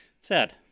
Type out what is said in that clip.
Sad